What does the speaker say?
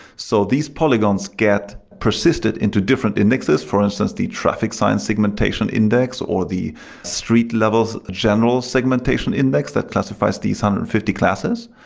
so these polygons get persisted into different indexes. for instance, the traffic sign segmentation index or the street level general segmentation index that classifies these one hundred and fifty classes.